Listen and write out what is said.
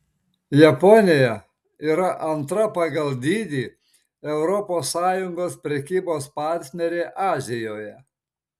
japonija yra antra pagal dydį europos sąjungos prekybos partnerė azijoje